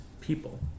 people